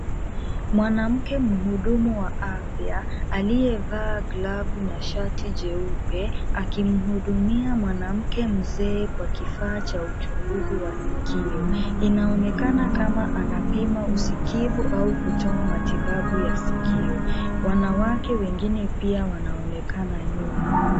Mwanamke muhudumu wa afya aliyevaa glavu na shati jeupe, akimuhudumia mwanamke mzee kwa kifaa cha uchunguzi wa sikio. Inaonekana kama anapima usikivu au kutoa matibabu ya sikio. Wanawake wengine pia wanaonekana nyuma.